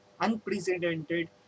unprecedented